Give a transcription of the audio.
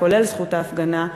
כולל זכות ההפגנה,